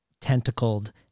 Tentacled